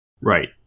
Right